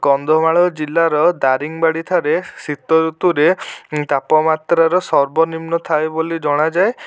କନ୍ଧମାଳ ଜିଲ୍ଲାର ଦାରିଙ୍ଗବାଡ଼ିଠାରେ ଶୀତ ଋତୁରେ ତାପମାତ୍ରାର ସର୍ବନିମ୍ନ ଥାଏ ବୋଲି ଜଣାଯାଏ